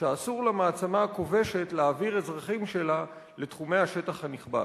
שאסור למעצמה הכובשת להעביר אזרחים שלה לתחומי השטח הנכבש.